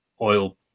oil